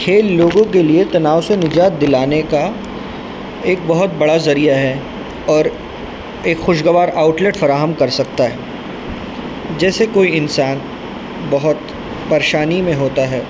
کھیل لوگوں کے لیے تناؤ سے نجات دلانے کا ایک بہت بڑا ذریعہ ہے اور ایک خوشگوار آؤٹلیٹ فراہم کر سکتا ہے جیسے کوئی انسان بہت پریشانی میں ہوتا ہے